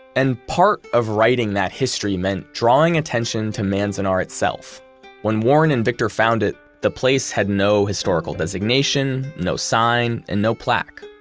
and part of writing that history meant drawing attention to manzanar itself when warren and victor found it, the place had no historical designation, no sign, and no plaque.